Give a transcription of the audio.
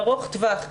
ארוך טווח,